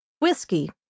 Whiskey